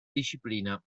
disciplina